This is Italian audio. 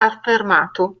affermato